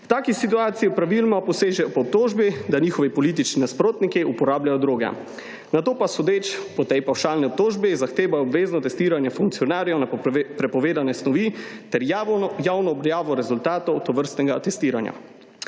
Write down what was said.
V taki situaciji praviloma posežejo po tožbi, da njihovi politični nasprotniki uporabljajo droge, nato pa sodeč po tej pavšalni obtožbi zahtevajo obvezno testiranje funkcionarjev na prepovedane snovi ter javno objavo rezultatov tovrstnega testiranja.